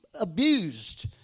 abused